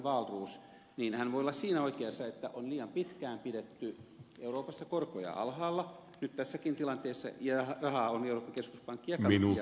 hän voi olla siinä oikeassa että on liian pitkään pidetty euroopassa korkoja alhaalla nyt tässäkin tilanteessa ja rahaa on euroopan keskuspankki jakanut liian helposti